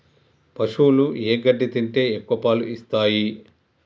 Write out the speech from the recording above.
పశువులు ఏ గడ్డి తింటే ఎక్కువ పాలు ఇస్తాయి?